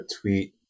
tweet